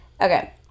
Okay